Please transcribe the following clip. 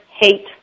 Hate